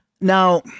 now